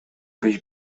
byś